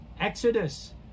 exodus